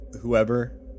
whoever